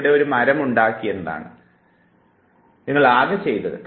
ഇവിടെ ഇപ്പോൾ ഒരു മരം ഉണ്ടാക്കി എന്നതാണ് നിങ്ങൾ ആകെ ചെയ്തത്